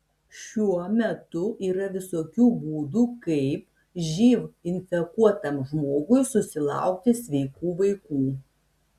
šiuo metu yra visokių būdų kaip živ infekuotam žmogui susilaukti sveikų vaikų